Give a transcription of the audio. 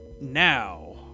Now